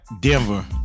Denver